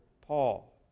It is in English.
Paul